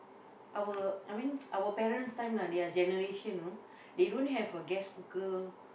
our I mean our parents time lah their generation you know they don't have a gas cooker